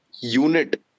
unit